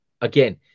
again